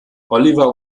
oliver